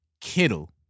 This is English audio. Kittle